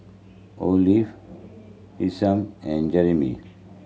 Olaf Isham and Jerimy